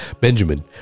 Benjamin